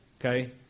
okay